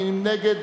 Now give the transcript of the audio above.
מי נגד?